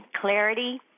Clarity